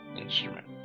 instrument